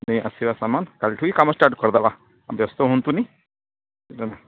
ନାହିଁ ଆସିବା ସାମାନ କାଲିଠୁ ହିଁ କାମ ଷ୍ଟାର୍ଟ୍ କରିଦେବା ବ୍ୟସ୍ତ ହୁଅନ୍ତୁନି